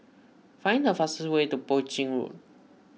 find the fastest way to Poi Ching